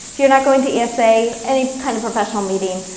if you're not going to esa, any kind of professional meeting.